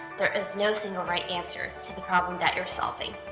there is no single right answer to the problem that you're solving.